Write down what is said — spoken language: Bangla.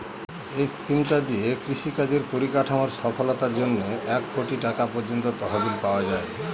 এই স্কিমটা দিয়ে কৃষি কাজের পরিকাঠামোর সফলতার জন্যে এক কোটি টাকা পর্যন্ত তহবিল পাওয়া যায়